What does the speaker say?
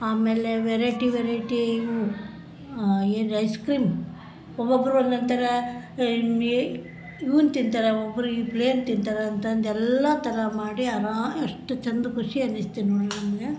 ಆಮೇಲೆ variety variety ಇವು ಏನ ಐಸ್ಕ್ರೀಮ್ ಒಬ್ಬೊಬ್ಬರು ಒಂದೊಂದು ಥರ ಇವನ್ನ ತಿಂತಾರೆ ಒಬ್ಬರು ಇದು ಪ್ಲೇನ್ ತಿಂತಾರೆ ಅಂತಂದು ಎಲ್ಲ ಥರ ಮಾಡಿ ಅರಾ ಎಷ್ಟು ಚೆಂದ ಖುಷಿ ಅನಿಸ್ತು ನಮಗೆ ಅಂದ್ರೆ